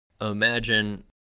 imagine